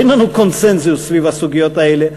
אין לנו קונסנזוס סביב הסוגיות האלה,